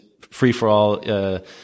free-for-all